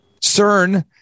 CERN